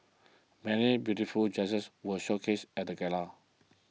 many beautiful dresses were showcased at the gala